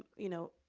you know,